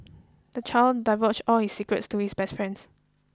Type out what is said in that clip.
the child divulged all his secrets to his best friends